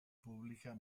pubblica